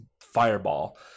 fireball